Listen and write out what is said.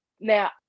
Now